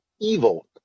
evil